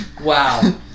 wow